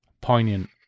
poignant